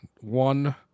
one